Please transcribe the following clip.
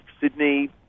Sydney